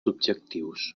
objectius